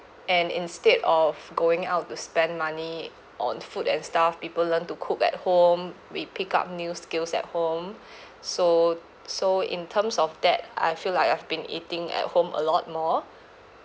and instead of going out to spend money on food and stuff people learn to cook at home we pick up new skills at home so so in terms of that I feel like I've been eating at home a lot more